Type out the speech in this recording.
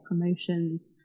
promotions